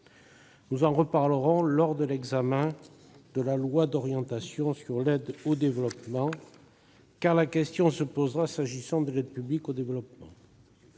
Nous en reparlerons lors de l'examen du projet de loi d'orientation sur l'aide au développement, car la question se posera s'agissant de l'aide publique au développement.